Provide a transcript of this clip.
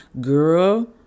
girl